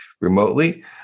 remotely